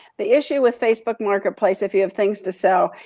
the issue with facebook marketplace, if you have things to sell,